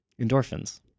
Endorphins